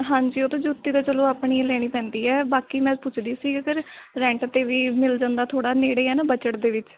ਹਾਂਜੀ ਉਹ ਤਾਂ ਜੁੱਤੀ ਤਾਂ ਚਲੋ ਆਪਣੀ ਹੀ ਲੈਣੀ ਪੈਂਦੀ ਹੈ ਬਾਕੀ ਮੈਂ ਪੁੱਛਦੀ ਸੀ ਅਗਰ ਰੈਂਟ 'ਤੇ ਵੀ ਮਿਲ ਜਾਂਦਾ ਥੋੜ੍ਹਾ ਨੇੜੇ ਹੈ ਨਾ ਬਜਟ ਦੇ ਵਿੱਚ